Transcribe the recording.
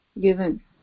given